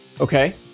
Okay